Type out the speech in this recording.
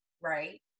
right